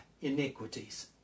iniquities